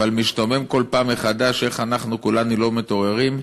אבל משתומם כל פעם מחדש איך אנחנו כולנו לא מתעוררים.